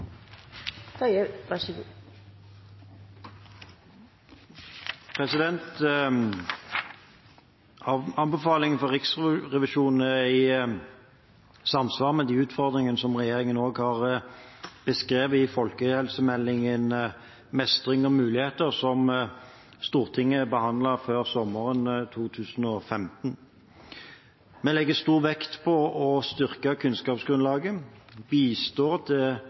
Anbefalingen fra Riksrevisjonen er i samsvar med de utfordringene som regjeringen også har beskrevet i Folkehelsemeldingen: Mestring og muligheter, som Stortinget behandlet før sommeren 2015. Vi legger stor vekt på å styrke kunnskapsgrunnlaget, bistå til